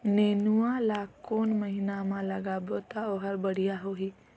नेनुआ ला कोन महीना मा लगाबो ता ओहार बेडिया होही?